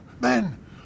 Men